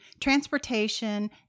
transportation